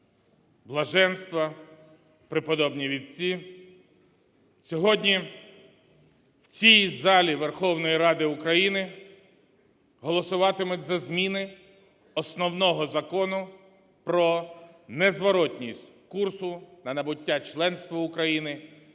Блаженства! Преподобні отці! Сьогодні у цій залі Верховної Ради України голосуватимуть за зміни Основного Закону про незворотність курсу та набуття членства України